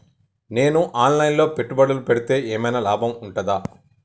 నేను online లో పెట్టుబడులు పెడితే ఏమైనా లాభం ఉంటదా?